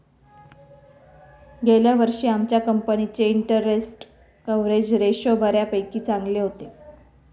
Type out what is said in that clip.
गेल्या वर्षी आमच्या कंपनीचे इंटरस्टेट कव्हरेज रेशो बऱ्यापैकी चांगले होते